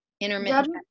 Intermittent